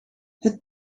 het